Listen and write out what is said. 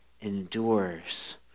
endures